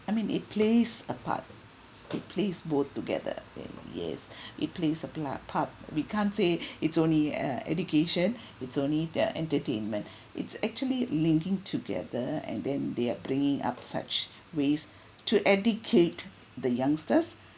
I mean it plays a part it plays both together yes it plays a blur part we can't say it's only uh education it's only the entertainment it's actually linking together and then they are bringing up such ways to educate the youngsters